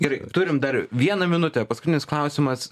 gerai turime dar vieną minutę paskutinis klausimas